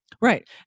Right